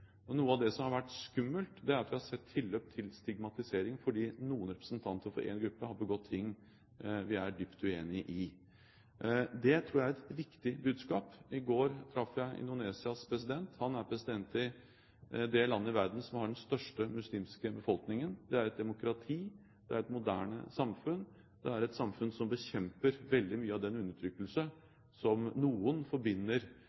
Noe av det som har vært skummelt, er at vi har sett tilløp til stigmatisering fordi noen representanter for en gruppe har begått ting vi er dypt uenig i. Det tror jeg er et viktig budskap. I går traff jeg Indonesias president. Han er president i det landet i verden som har den største muslimske befolkningen. Det er et demokrati, det er et moderne samfunn, det er et samfunn som bekjemper veldig mye av den undertrykkelse som noen forbinder